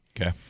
Okay